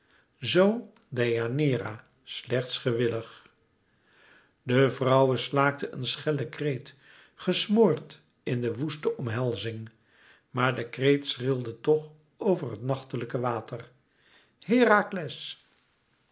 zoo deianeira slechts gewillig de vrouwe slaakte een schellen kreet gesmoord in de woeste omhelzing maar de kreet schrilde toch over het nachtelijke water herakles